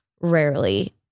rarely